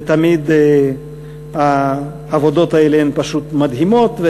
ותמיד העבודות האלה מדהימות.